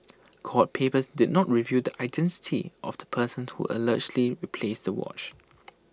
court papers did not reveal the identity of the person who allegedly replaced the watch